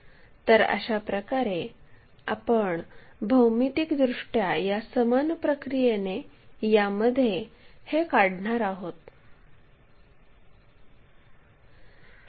तर अशाप्रकारे आपण भौमितिकदृष्ट्या या समान प्रक्रियेने यामध्ये हे काढणार आहोत